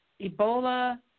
Ebola